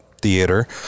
Theater